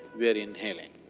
we are inhaling.